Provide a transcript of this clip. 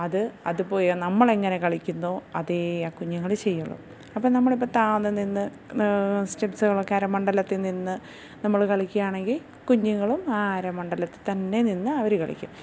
അത് അതുപോലെ നമ്മൾ എങ്ങനെ കളിക്കുന്നോ അതേ ആ കുഞ്ഞുങ്ങൾ ചെയ്യുള്ളൂ അപ്പം നമ്മൾ ഇപ്പം താഴ്ന്ന് നിന്ന് സ്റ്റെപ്സുകളൊക്കെ അരമണ്ഡലത്തിൽ നിന്ന് നമ്മൾ കളിക്കുകയാണെങ്കിൽ കുഞ്ഞുങ്ങളും ആ അരമണ്ഡലത്തിൽത്തന്നെ നിന്ന് അവർ കളിക്കും